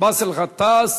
באסל גטאס.